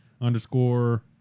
underscore